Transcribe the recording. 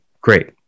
great